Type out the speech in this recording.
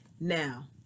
Now